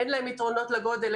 אין להן יתרונות לגודל,